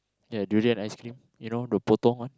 ya durian ice-cream you know the Potong one